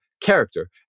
character